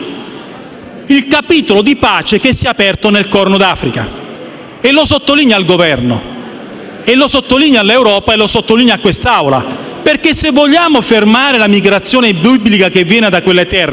il capitolo di pace che si è aperto nel Corno d'Africa. Lo sottolinea il Governo, lo sottolinea l'Europa e lo sottolinea questa Assemblea: se vogliamo fermare la migrazione biblica che viene da quelle terre